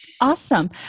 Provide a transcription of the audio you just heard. Awesome